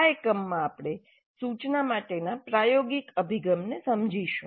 આ એકમમાં આપણે સૂચના માટેના પ્રાયોગિક અભિગમને સમજીશું